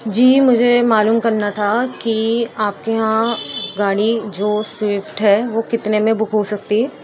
جی مجھے معلوم کرنا تھا کہ آپ کے یہاں گاڑی جو سوئفٹ ہے وہ کتنے میں بک ہو سکتی ہے